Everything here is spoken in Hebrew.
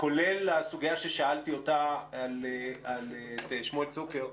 כולל לסוגיה ששאלתי את שמואל צוקר,